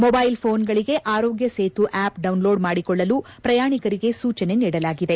mobile ಫೋನ್ಗಳಿಗೆ Aarogya Setu app download ಮಾಡಿಕೊಳ್ಳಲು ಪ್ರಯಾಣಿಕರಿಗೆ ಸೂಚನೆ ನೀಡಲಾಗಿದೆ